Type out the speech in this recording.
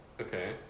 okay